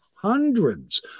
hundreds